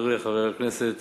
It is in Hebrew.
חברי חבר הכנסת אראל,